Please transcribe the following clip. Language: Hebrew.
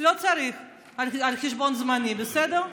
לא צריך על חשבון זמני, בסדר?